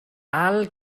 ail